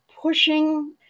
pushing